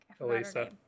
Elisa